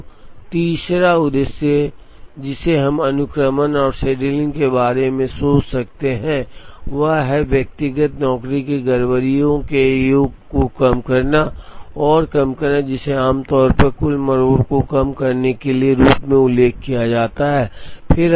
तो तीसरा उद्देश्य जिसे हम अनुक्रमण और शेड्यूलिंग में सोच सकते हैं वह है व्यक्तिगत नौकरियों की गड़बड़ी के योग को कम करना और कम करना जिसे आमतौर पर कुल मरोड़ को कम करने के रूप में उल्लेख किया जाता है